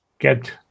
get